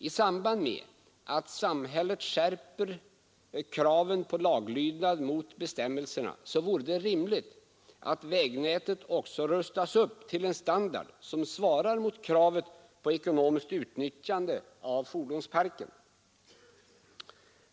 I samband med att samhället skärper kraven på laglydnad gentemot bestämmelserna vore det rimligt att vägnätet också rustas upp till en standard som svarar mot kravet på ekonomiskt utnyttjande av fordonsparken.